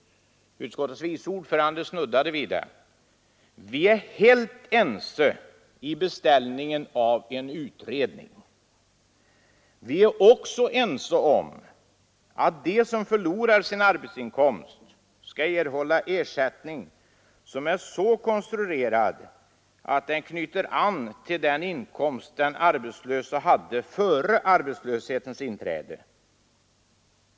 Utskottets vice ordförande snuddade vid det. Vi är helt ense i beställningen av en utredning. Vi är också ense om att de som förlorar sin arbetsinkomst skall erhålla ersättning, som är så konstruerad att den knyter an till den inkomst den arbetslöse hade före arbetslöshetens inträde.